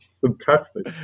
fantastic